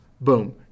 Boom